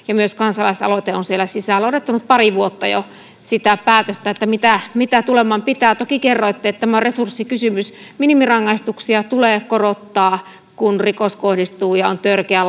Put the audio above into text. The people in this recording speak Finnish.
ja myös kansalaisaloite on siellä sisällä olen odottanut pari vuotta jo sitä päätöstä mitä mitä tuleman pitää toki kerroitte että tämä on resurssikysymys minimirangaistuksia tulee korottaa kun seksuaalirikos kohdistuu lapseen ja on törkeä